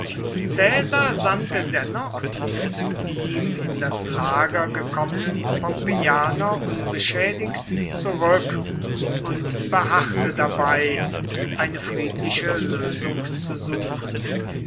sandte dennoch die zu ihm in das lager gekommenen pompeianer ungeschädigt zurück und beharrte dabei eine friedliche lösung zu suchen